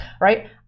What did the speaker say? right